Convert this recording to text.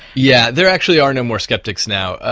yeah there actually are no more sceptics now.